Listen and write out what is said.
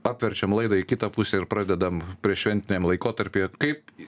apverčiam laidą į kitą pusę ir pradedam prieššventiniam laikotarpyje kaip